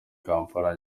kampala